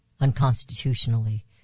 unconstitutionally